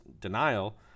denial